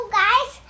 guys